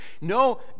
No